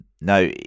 No